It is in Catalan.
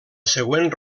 següent